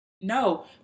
No